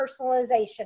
personalization